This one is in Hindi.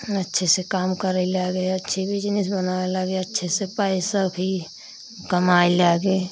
हम अच्छे से काम करइ लागे अच्छे बिजनिस बनावे लागे अच्छे से पैसा भी कमाए लागे